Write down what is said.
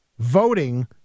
Voting